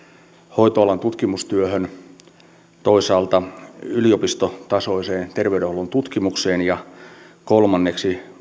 hoito alan tutkimustyöhön toisaalta yliopistotasoiseen ter veydenhuollon tutkimukseen ja kolmanneksi